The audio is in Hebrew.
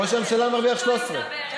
ראש הממשלה מרוויח 13,000,